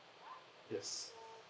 yes